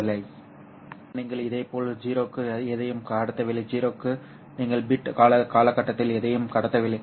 0 க்கு நீங்கள் இதேபோல் 0 க்கு எதையும் கடத்தவில்லை 0 க்கு நீங்கள் பிட் காலகட்டத்தில் எதையும் கடத்தவில்லை